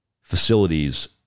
Facilities